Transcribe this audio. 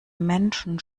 menschen